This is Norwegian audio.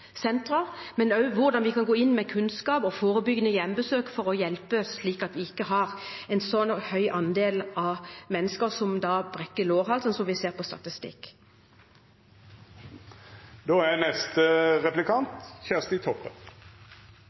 sentre og hvordan vi kan gå inn med kunnskap og forebyggende hjemmebesøk for å hjelpe, slik at vi ikke har en så høy andel av mennesker som brekker lårhalsen, som den vi ser på statistikken. Riksrevisjonens rapport er